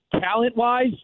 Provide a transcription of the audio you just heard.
talent-wise